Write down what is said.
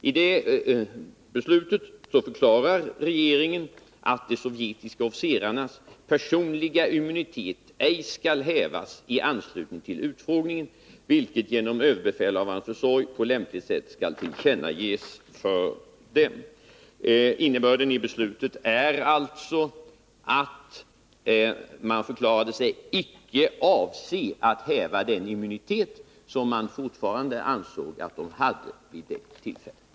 I det beslutet förklarar regeringen att de sovjetiska officerarnas personliga immunitet inte skulle hävas i anslutning till utfrågningen. Detta skulle genom överbefälhavarens försorg på lämpligt sätt tillkännages för dem. Innebörden av beslutet är alltså att man förklarade sig icke avse att häva den immunitet som man fortfarande ansåg att de hade vid det tillfället.